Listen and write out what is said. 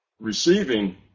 receiving